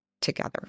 together